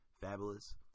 fabulous